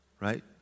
right